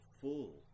full